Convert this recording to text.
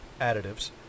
additives